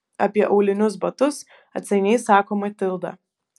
apie aulinius batus atsainiai sako matilda